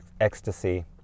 ecstasy